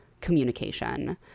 communication